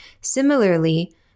Similarly